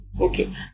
Okay